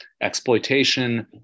exploitation